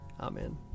Amen